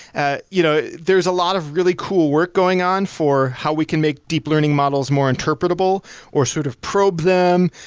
ah you know there's a lot of really cool work going on for how we can make deep learning models more interpretable or sort of probe them.